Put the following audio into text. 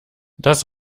das